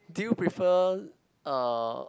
do you prefer uh